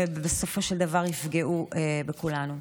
ובסופו של דבר יפגעו בכולנו.